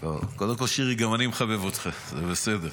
קודם כול, שירי, גם אני מחבב אותך, זה בסדר.